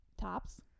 tops